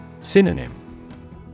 Synonym